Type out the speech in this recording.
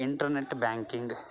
internet banking